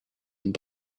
and